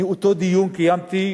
אותו דיון קיימתי